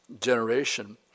generation